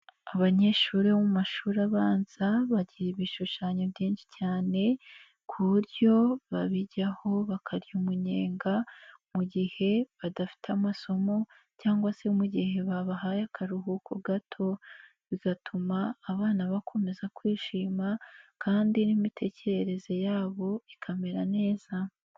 Abanyeshuri bo mu mashuri abanza bagira ibishushanyo byinshi cyane ku buryo babijyaho bakarya umunyenga mu gihe badafite amasomo cyangwa se mu gihe babahaye akaruhuko gato, bigatuma abana bakomeza kwishima kandi n'imitekerereze yabo ikamera neza.